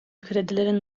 kredilerin